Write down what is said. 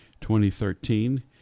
2013